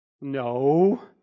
No